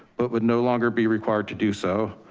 but would no longer be required to do so.